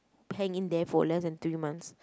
hang in there for less than three months